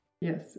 Yes